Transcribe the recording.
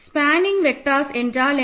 spanning vectors என்றால் என்ன